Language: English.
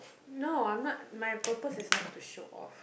no I'm not my purpose is not to show off